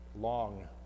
long